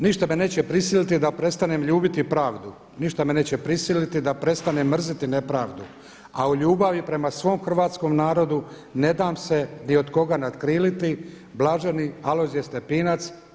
Ništa me neće prisiliti da prestanem ljubiti pravdu, ništa me neće prisiliti da prestanem mrziti nepravdu, a u ljubavi prema svom hrvatskom narodu ne dam se ni od koga natkriliti“ blaženi Alojzije Stepinac.